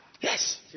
Yes